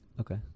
Okay